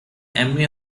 emmy